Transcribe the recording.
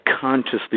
consciously